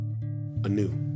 anew